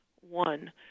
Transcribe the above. one